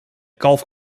golf